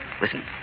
Listen